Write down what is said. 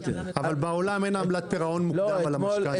בעולם אין עמלת פירעון מוקדם על המשכנתה.